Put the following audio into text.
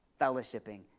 fellowshipping